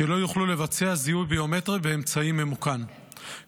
שלא יוכלו לבצע זיהוי ביומטרי באמצעי ממוכן.